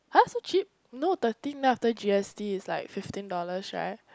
[huh] so cheap no thirteen after g_s_t is like fifteen dollars [right]